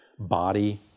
body